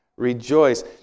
Rejoice